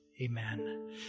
amen